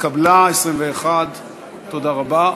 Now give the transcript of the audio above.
התקבלה ברוב של 21. תודה רבה.